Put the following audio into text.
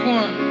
one